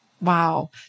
Wow